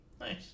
Nice